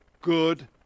good